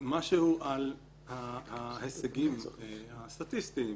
משהו על ההישגים הסטטיסטיים.